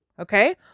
Okay